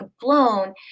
blown